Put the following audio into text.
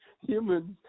humans